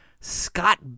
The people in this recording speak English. Scott